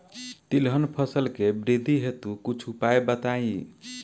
तिलहन फसल के वृद्धि हेतु कुछ उपाय बताई?